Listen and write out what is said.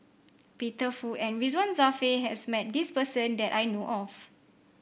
Peter Fu and Ridzwan Dzafir has met this person that I know of